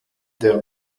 der